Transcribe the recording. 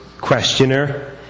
questioner